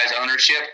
ownership